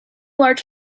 large